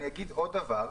אני אגיד עוד דבר: